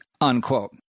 unquote